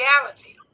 reality